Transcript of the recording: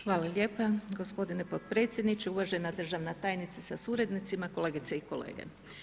Hvala lijepa gospodine podpredsjedniče, uvažena državna tajnice sa suradnicima, kolegice i kolege.